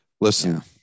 listen